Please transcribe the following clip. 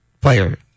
player